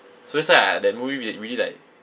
so that's why I that movie really really like